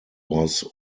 was